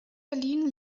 berlin